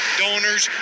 donors